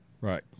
Right